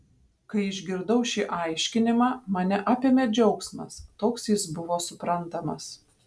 kai išgirdau šį aiškinimą mane apėmė džiaugsmas toks jis buvo suprantamas